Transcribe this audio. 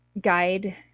guide